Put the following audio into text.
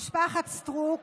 משפחת סטרוק,